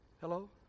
Hello